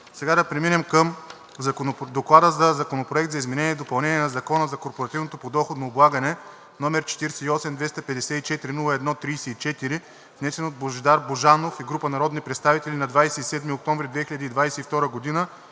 Сега да преминем към „ДОКЛАД Законопроект за изменение и допълнение на Закона за корпоративното подоходно облагане, № 48-254-01-34, внесен от Божидар Божанов и група народни представители на 27 октомври 2022 г.,